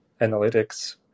analytics